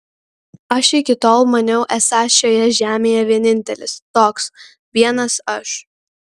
aš iki tol maniau esąs šioje žemėje vienintelis toks vienas aš